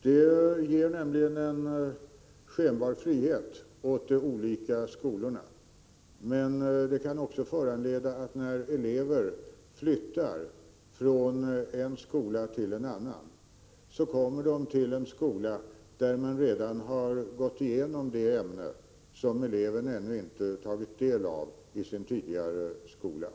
Det ger nämligen en skenbar frihet åt de olika skolorna, men det kan också föranleda att elever som flyttar från en skola till en annan kommer till en skola, där man redan har gått igenom ett ämne som eleven ännu inte har tagit del av i sin tidigare skola.